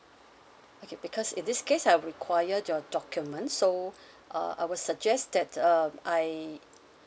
okay because in this case I require your document so uh I would suggest that um I